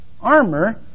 Armor